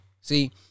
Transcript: See